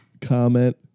comment